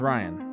Ryan